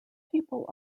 people